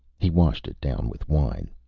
he washed it down with wine.